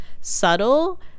subtle